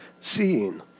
seeing